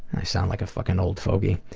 and i sound like fucking old fogy.